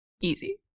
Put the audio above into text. Easy